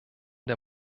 der